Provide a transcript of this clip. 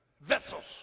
vessels